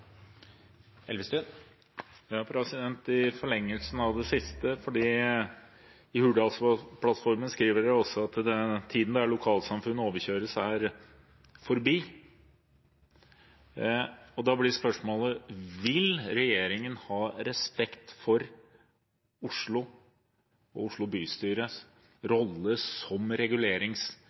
det siste, for i Hurdalsplattformen skriver man også at tiden da lokalsamfunn overkjøres, er forbi. Da blir spørsmålet: Vil regjeringen ha respekt for Oslo og Oslo bystyres rolle som